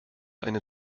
einen